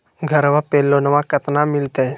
घरबा पे लोनमा कतना मिलते?